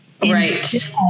Right